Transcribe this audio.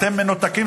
אתם מנותקים,